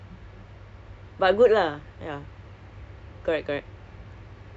ya lah cause it's a good time [what] you don't have to wait so long to get